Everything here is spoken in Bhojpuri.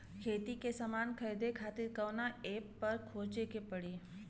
खेती के समान खरीदे खातिर कवना ऐपपर खोजे के पड़ी?